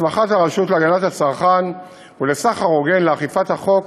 הסמכת הרשות להגנת הצרכן ולסחר הוגן לאכיפת החוק,